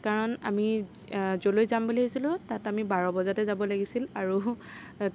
কাৰণ আমি য'লৈ যাম বুলি ভাবিছিলোঁ তাত আমি বাৰ বজাতে যাব লাগিছিল আৰু